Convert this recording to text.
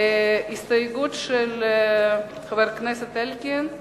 הסתייגות של חבר הכנסת אלקין,